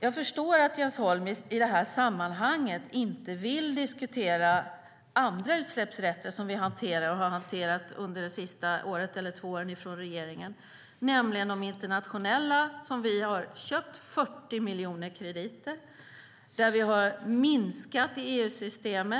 jag förstår att Jens Holm i det här sammanhanget inte vill diskutera andra utsläppsrätter som vi hanterar och har hanterat under de senaste två åren från regeringen, nämligen de internationella. Vi har köpt 40 miljoner krediter. Vi har minskat i EU-systemet.